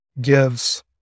gives